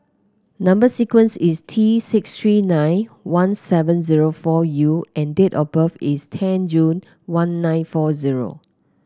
number sequence is T six three nine one seven zero four U and date of birth is ten June one nine four zero